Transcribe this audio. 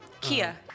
Kia